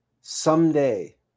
someday